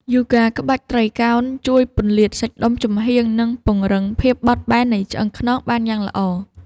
យូហ្គាក្បាច់ត្រីកោណ ជួយពន្លាតសាច់ដុំចំហៀង និងពង្រឹងភាពបត់បែននៃឆ្អឹងខ្នងបានយ៉ាងល្អ។